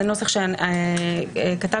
לא, זה לא הגיוני.